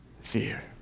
Fear